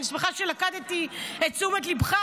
אני שמחה שלכדתי את תשומת ליבך,